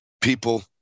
people